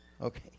Okay